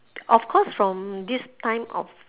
of course from this time of